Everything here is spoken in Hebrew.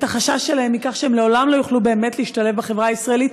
את החשש שלהם מכך שהם לעולם לא יוכלו באמת להשתלב בחברה הישראלית,